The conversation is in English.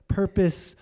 purpose